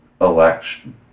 election